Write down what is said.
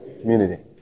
Community